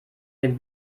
den